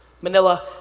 Manila